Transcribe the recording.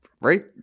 right